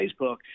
Facebook